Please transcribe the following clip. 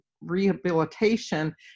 rehabilitation